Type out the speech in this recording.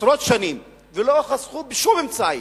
עשרות שנים ולא חסכו בשום אמצעי,